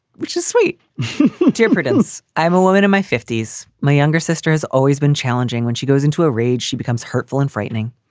which is sweet diffidence. i'm a woman in my fifty s. my younger sister has always been challenging. when she goes into a rage, she becomes hurtful and frightening.